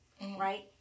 right